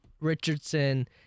Richardson